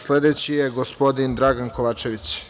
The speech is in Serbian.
Sledeći je gospodin Dragan Kovačević.